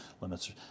limits